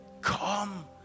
Come